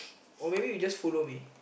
or maybe you just follow me